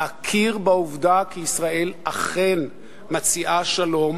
להכיר בעובדה כי ישראל אכן מציעה שלום